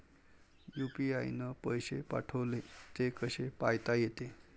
UPI न पैसे पाठवले, ते कसे पायता येते?